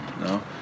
no